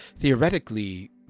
theoretically